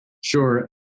Sure